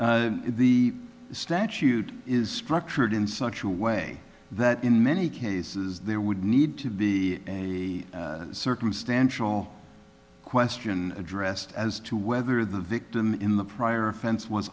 the statute is structured in such a way that in many cases there would need to be a circumstantial question addressed as to whether the victim in the prior offense was